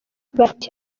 bati